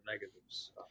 negatives